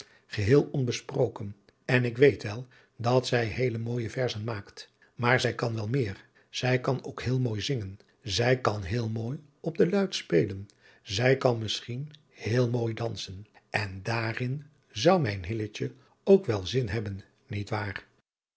geheel onbesproken en ik weet wal dat zij heele mooije verzen maakt maar zij kan wel meer zij kan ook heel mooi zingen zij kan heel mooi op de luit spelen zij kan misschien heel mooi dansen en daarin zou mijn hilletje ook wel zin hebben niet waar